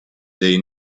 they